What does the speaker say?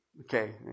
Okay